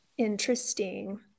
Interesting